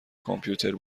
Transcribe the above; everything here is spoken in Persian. کامپیوتر